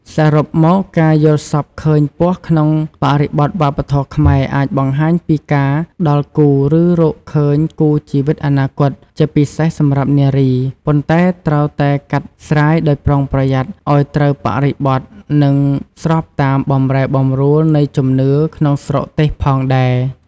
សរុបមក ការយល់សប្តិឃើញពស់ក្នុងបរិបទវប្បធម៌ខ្មែរអាចបង្ហាញពីការដល់គូ ឬរកឃើញគូជីវិតអនាគត (ជាពិសេសសម្រាប់នារី) ប៉ុន្តែត្រូវតែកាត់ស្រាយដោយប្រុងប្រយ័ត្ន ឱ្យត្រូវបរិបទ និងស្របតាមបម្រែបម្រួលនៃជំនឿក្នុងស្រុកទេសផងដែរ។